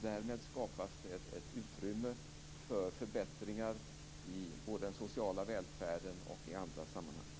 Därmed skapas ett utrymme för förbättringar i den sociala välfärden och i andra sammanhang.